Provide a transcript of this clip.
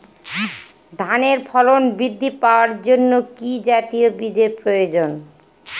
ধানে ফলন বৃদ্ধি পাওয়ার জন্য কি জাতীয় বীজের প্রয়োজন?